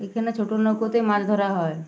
এখানে ছোট নৌকোতেই মাছ ধরা হয়